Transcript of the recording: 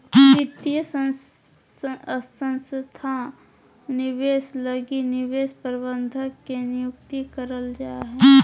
वित्तीय संस्थान निवेश लगी निवेश प्रबंधक के नियुक्ति करल जा हय